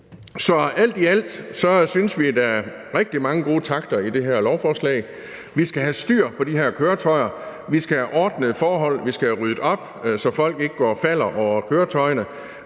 Så alt i alt synes vi, der er rigtig mange gode takter i det her lovforslag. Vi skal have styr på de her køretøjer, vi skal have ordnede forhold, vi skal have ryddet op, så folk ikke går og falder over køretøjerne,